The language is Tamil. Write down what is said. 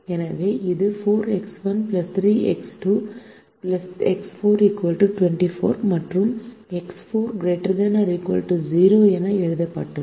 எனவே இது 4X1 3X2 X4 24 மற்றும் X4 ≥ 0 என எழுதப்பட்டுள்ளது